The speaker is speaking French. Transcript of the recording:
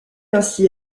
ainsi